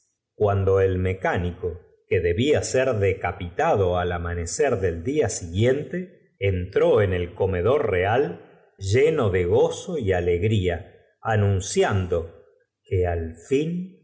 subió á cánico que debía ser decapitado al amanecer del dia siguiente entró en el comedor real lleno de gozo y alegría anunciando que al fin